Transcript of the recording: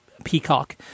Peacock